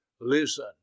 Listen